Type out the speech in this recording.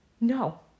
No